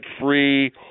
free